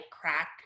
crack